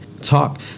Talk